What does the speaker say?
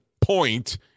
point